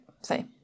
say